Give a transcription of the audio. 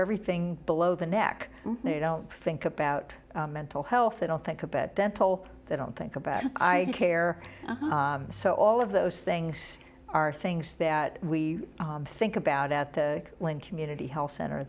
everything below the neck they don't think about mental health they don't think about dental they don't think about i care so all of those things are things that we think about at the link community health cent